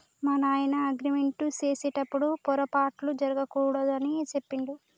మా నాయన అగ్రిమెంట్ సేసెటప్పుడు పోరపాట్లు జరగకూడదు అని సెప్పిండు